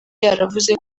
yaravuze